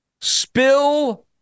Spill